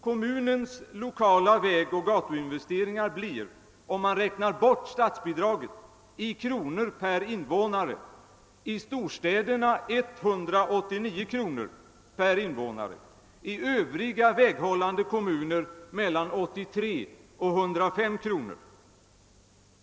Kommunens lokala vägoch gatuinvesteringar blir, om man räknar bort statsbidraget, i kronor per invånare 189 kronor i storstäderna och mellan 83 och 1035 kronor i övriga väghållande kommuner.